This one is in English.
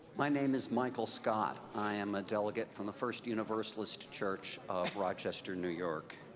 my name is michael scott. i am a delegate from the first universalist church of rochester, new york.